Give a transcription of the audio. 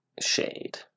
Shade